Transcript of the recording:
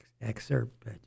excerpt